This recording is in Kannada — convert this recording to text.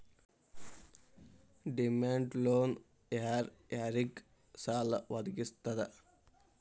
ಡಿಮಾಂಡ್ ಲೊನ್ ಯಾರ್ ಯಾರಿಗ್ ಸಾಲಾ ವದ್ಗಸ್ತದ?